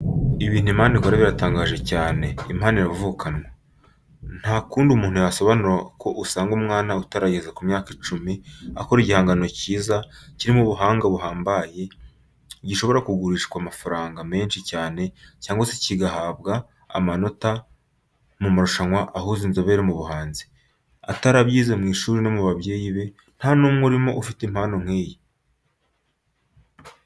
Ibintu Imana ikora biratangaje cyane, impano iravukanwa! Nta kundi umuntu yasobanura ko usanga umwana utarageza ku myaka icumi, akora igihangano cyiza, kirimo ubuhanga buhambaye, gishobora kugurishwa amafaranga menshi cyane cyangwa se cyahabwa amanota menshi mu marushanwa ahuza inzobere mu buhanzi, atarabyize mu ishuri no mu babyeyi be nta n'umwe urimo ufite impano nk'iyi.